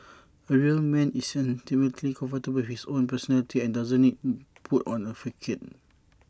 A real man is ultimately comfortable with his own personality and doesn't need put on A facade